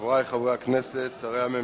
חברי חברי הכנסת, שרי הממשלה,